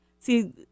See